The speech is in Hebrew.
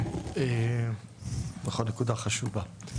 כן בהחלט נקודה חשובה,